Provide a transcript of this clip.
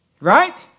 right